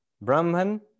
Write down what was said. Brahman